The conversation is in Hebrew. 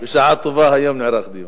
בשעה טובה היום נערך דיון.